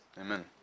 Amen